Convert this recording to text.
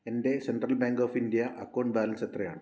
എൻ്റെ central bank of India account balance എത്രയാണ്